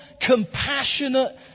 compassionate